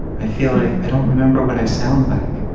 i feel like i don't remember what i sound like.